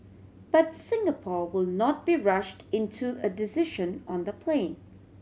but Singapore will not be rushed into a decision on the plane